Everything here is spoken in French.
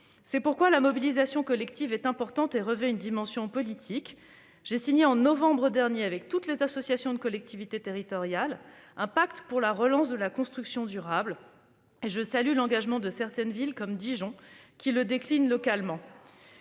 C'est pourquoi la mobilisation collective est importante et revêt une dimension politique. J'ai ainsi signé en novembre dernier, avec toutes les associations de collectivités territoriales, un pacte pour la relance de la construction durable, et je salue l'engagement de certaines villes, comme Dijon, ... Au hasard !...